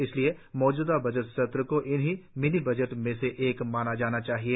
इसलिए मौजूदा बजट सत्र को इन्ही मिनी बजटों में से एक माना जाना चाहिए